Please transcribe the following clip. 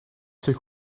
took